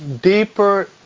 deeper